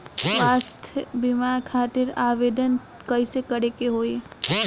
स्वास्थ्य बीमा खातिर आवेदन कइसे करे के होई?